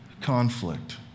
conflict